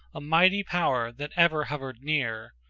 a mighty power, that ever hovered near,